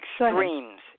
extremes